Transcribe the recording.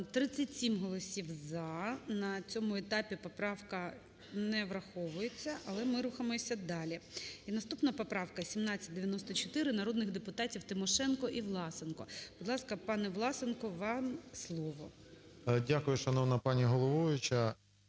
37 голосів "за". На цьому етапі поправка не враховується. Але ми рухаємося далі. Наступна поправка - 1794 народних депутатів Тимошенко і Власенко. Будь ласка, пане Власенко, вам слово. 13:30:08 ВЛАСЕНКО С.В. Дякую, шановна пані головуюча.